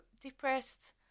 depressed